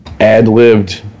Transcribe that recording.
ad-lived